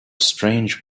strange